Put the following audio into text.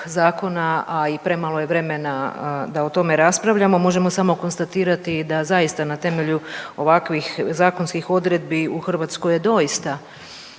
zakona, a i premalo je vremena da o tome raspravljamo. Možemo samo konstatirati da zaista na temelju ovakvih zakonskih odredbi u Hrvatskoj je doista